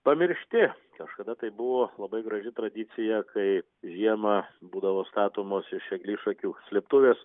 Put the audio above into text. pamiršti kažkada tai buvo labai graži tradicija kai žiemą būdavo statomos iš eglišakių slėptuvės